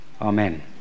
Amen